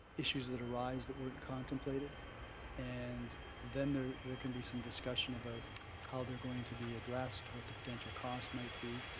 issues that arise that weren't contemplated and then there can be some discussion about how they're going to be addressed, what the potential cost might be.